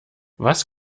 was